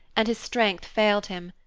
and his strength failed him.